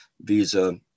visa